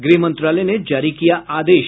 गृह मंत्रालय ने जारी किया आदेश